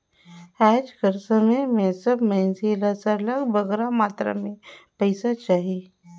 आएज कर समे में सब मइनसे ल सरलग बगरा मातरा में पइसा चाही